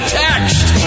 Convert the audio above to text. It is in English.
text